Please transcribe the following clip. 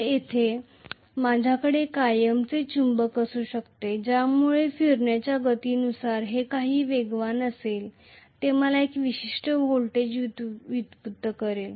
तर तेथे माझ्याकडे कायमचे चुंबक असू शकते त्यामुळे फिरण्याच्या गतीनुसार जे काही वेगवान आहे ते मला एक विशिष्ट व्होल्टेज व्युत्पन्न करेल